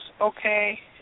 okay